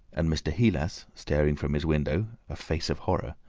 and mr. heelas staring from his window a face of horror